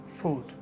food